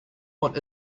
what